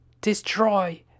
destroy